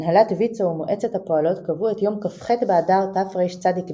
הנהלת ויצו ומועצת הפועלות קבעו את יום כ"ח באדר תרצ"ב